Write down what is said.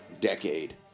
decade